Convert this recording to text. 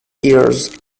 ears